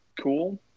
cool